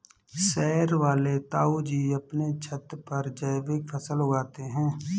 शहर वाले ताऊजी अपने छत पर जैविक फल उगाते हैं